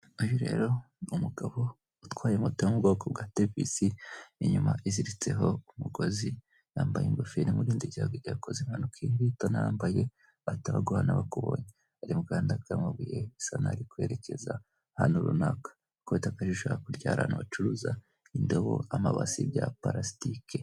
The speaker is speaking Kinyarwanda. Uyu rero n'umugabo utwaye moto y'ubwoko bwa tevisi inyuma iziritseho umugozi, yambaye ingofero imurinda mu gihe ayakoze impanuka, iyi iyo utayambaye bahita baguhana bakubonye. Ari mu gahanda k'amabuye bisa n'aho ari kwerekeza ahantu runaka. Kubita akajisho hakurya hirya hari ahantu bacuruza indobo n'amabasi bya parasitike.